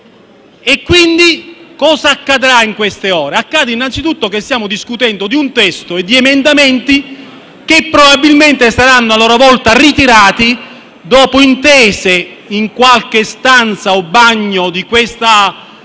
Quindi, cosa accadrà in queste ore? Accade innanzitutto che stiamo discutendo di un testo e di emendamenti che probabilmente saranno a loro volta ritirati, dopo intese in qualche stanza o bagno di questo